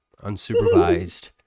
unsupervised